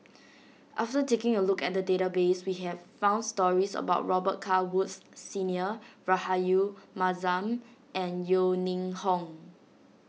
after taking a look at the database we have found stories about Robet Carr Woods Senior Rahayu Mahzam and Yeo Ning Hong